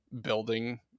building